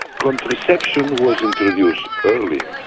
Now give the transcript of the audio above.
contraception was introduced early,